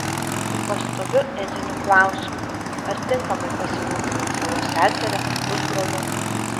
su pastoviu etiniu klausimu ar tinkamai pasirūpinai savo seseria pusbroliu